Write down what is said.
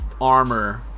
armor